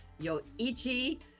Yoichi